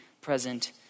present